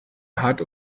hat